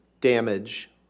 damage